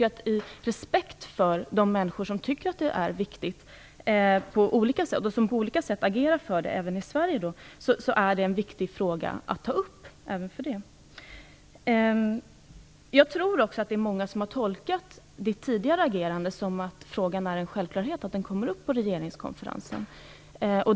Av respekt för de människor som tycker att detta är viktigt och som på olika sätt agerar för det i Sverige tycker jag att det är viktigt att denna fråga tas upp. Jag tror också att många har tolkat jordbruksministerns tidigare agerande på så sätt att det är en självklarhet att frågan kommer att tas upp på regeringskonferensen.